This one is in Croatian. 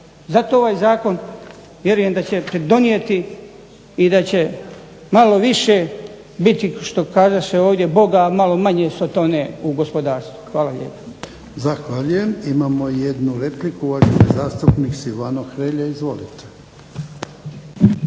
Zato ovaj zakon vjerujem da će pridonijeti i da će malo više biti što kazaše ovdje Boga a malo manje sotone u gospodarstvu. Hvala lijepo. **Jarnjak, Ivan (HDZ)** Zahvaljujem. Imamo jednu repliku uvaženi zastupnik Silvano Hrelja. Izvolite.